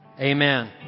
Amen